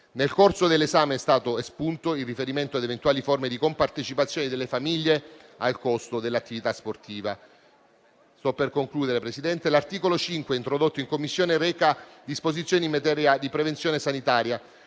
Nel corso dell'esame è stato espunto il riferimento ad eventuali forme di compartecipazione delle famiglie al costo dell'attività sportiva. L'articolo 5, introdotto in Commissione, reca disposizioni in materia di prevenzione sanitaria.